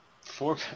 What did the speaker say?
Four